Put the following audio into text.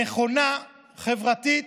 נכונה, חברתית.